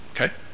okay